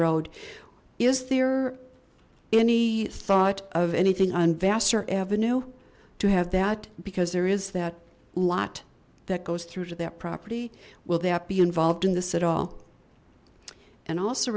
road is there any thought of anything on vassar avenue to have that because there is that lot goes through to that property will that be involved in this at all and also